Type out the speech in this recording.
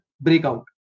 breakout